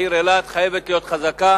העיר אילת חייבת להיות חזקה